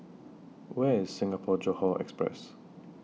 Where IS Singapore Johore Express